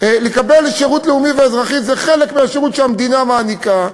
ולקבל שירות לאומי ואזרחי זה חלק מהשירות שהמדינה מעניקה.